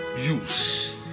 use